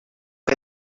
est